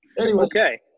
Okay